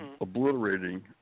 obliterating